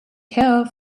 care